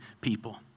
people